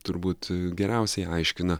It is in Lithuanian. turbūt geriausiai aiškina